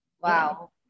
wow